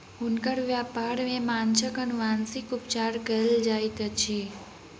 हुनकर व्यापार में माँछक अनुवांशिक उपचार कयल जाइत अछि